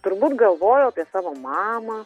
turbūt galvojau apie savo mamą